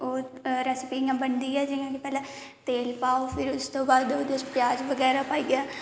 ओह् रेसिपी इयां बनदी ऐ जियां पहले तेल पाओ फिर उस तू बाद ओहदे च प्याज पाओ बगैरा पाइयै